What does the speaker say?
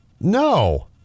No